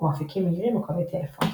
כמו אפיקים מהירים או קווי טלפון.